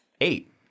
eight